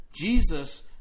jesus